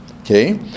okay